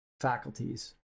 faculties